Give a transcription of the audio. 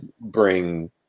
bring